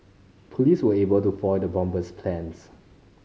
police were able to foil the bomber's plans